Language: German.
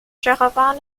jerewan